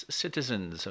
citizens